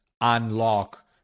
unlock